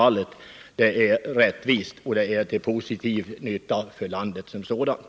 En skattefrihet här skulle vara rättvis, och denna verksamhet är positiv för landet som sådant.